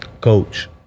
coach